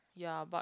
ya but